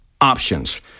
options